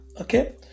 okay